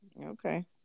okay